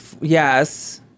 yes